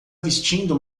vestindo